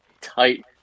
tight